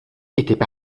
étaient